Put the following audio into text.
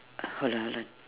hold on hold on